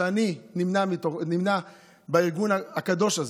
ואני נמנה עם הארגון הקדוש הזה,